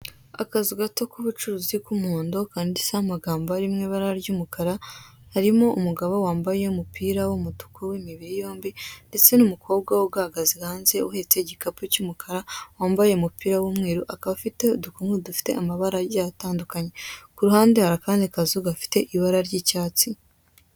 Akazu gato k'ubucuruzi k'umuhondo handitseho amagambo ari mu ibara ry'umukara, harimo umugabo wambaye umupira w'umutuku imibiri yombi ndetse n'umukobwa ugahagaze hanze uhetse igikapu cy'umukara wambaye umupira 'umweru akaba afite udukomo dufite amabara agiye atandukanye, ku ruhande hari akandi kazu gafite ibara ry'icyatsi.